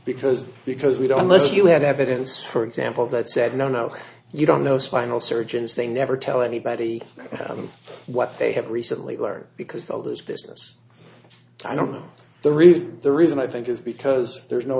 because because we don't let you have evidence for example that said no no you don't know spinal surgeons they never tell anybody what they have recently learned because the other's business i don't know the reason the reason i think is because there's no